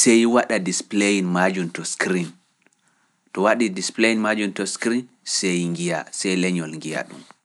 sey waɗa display majum to screen. To waɗi display majum to screen, sey ngiya, sey leñol ngiya ɗum.